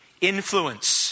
influence